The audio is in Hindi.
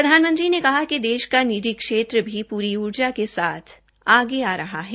प्रधानमंत्री ने कहा कि देष का निजी क्षेत्र भी पूरी उर्जा के साथ आगे आ रहा है